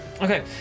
Okay